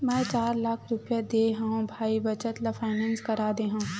मै चार लाख रुपया देय हव भाई बचत ल फायनेंस करा दे हँव